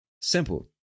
simple